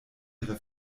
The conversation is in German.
ihre